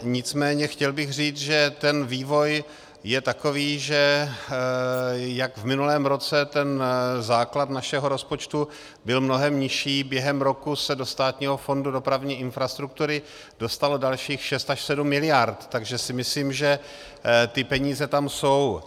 Nicméně chtěl bych říct, že vývoj je takový, že jak v minulém roce ten základ našeho rozpočtu byl mnohem nižší, během roku se do Státního fondu dopravní infrastruktury dostalo dalších 6 až 7 miliard, takže si myslím, že ty peníze tam jsou.